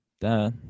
Duh